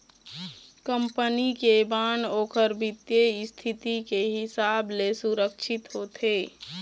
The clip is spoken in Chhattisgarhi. कंपनी के बांड ओखर बित्तीय इस्थिति के हिसाब ले सुरक्छित होथे